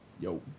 Yo